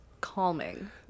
calming